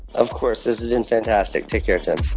of course. this has been fantastic. take care, tim